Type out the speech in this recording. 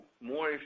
more